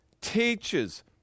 teachers